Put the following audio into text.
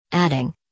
Adding